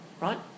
right